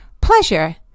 pleasure